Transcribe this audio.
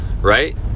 right